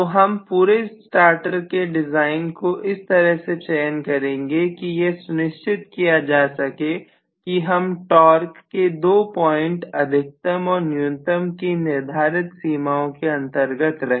तो हम पूरे स्टार्टर के डिजाइन को इस तरह से चयन करेंगे कि यह सुनिश्चित किया जा सके कि हम टॉर्क के 2 पॉइंट अधिकतम और न्यूनतम की निर्धारित सीमाओं के अंतर्गत रहे